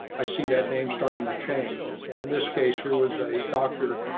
i see that name starting to change. and in this case, here was a dr.